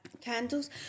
candles